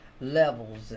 levels